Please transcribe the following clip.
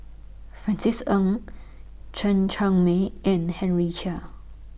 Francis Ng Chen Cheng Mei and Henry Chia